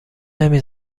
نمی